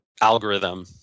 algorithm